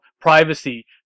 privacy